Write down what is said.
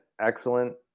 excellent